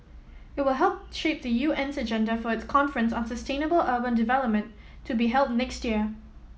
it will help shape the U N's agenda for its conference on sustainable urban development to be held next year